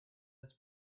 his